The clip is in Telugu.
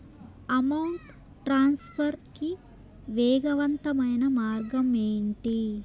అమౌంట్ ట్రాన్స్ఫర్ కి వేగవంతమైన మార్గం ఏంటి